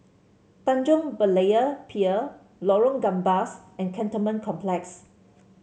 Tanjong Berlayer Pier Lorong Gambas and Cantonment Complex